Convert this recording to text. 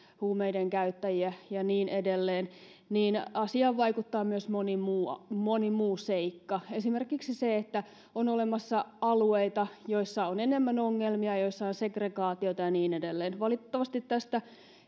huumeiden käyttäjiä ja niin edelleen niin asiaan vaikuttaa myös moni muu seikka esimerkiksi se että on olemassa alueita joissa on enemmän ongelmia joissa on segregaatiota ja niin edelleen valitettavasti tästä